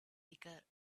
bigger